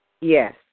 Yes